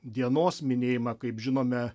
dienos minėjimą kaip žinome